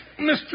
Mr